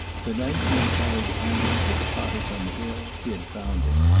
the night he had carried anna into the cottage on the hill, he had found it.